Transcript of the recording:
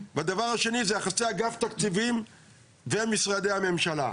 יחסי אגף תקציבים ומשרדי הממשלה.